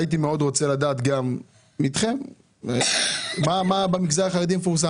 הייתי רוצה לדעת גם מכם מה מפורסם במגזר החרדי.